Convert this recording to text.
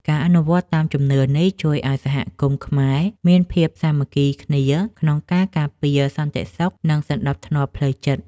ការអនុវត្តតាមជំនឿនេះជួយឱ្យសហគមន៍ខ្មែរមានភាពសាមគ្គីគ្នាក្នុងការការពារសន្តិសុខនិងសណ្តាប់ធ្នាប់ផ្លូវចិត្ត។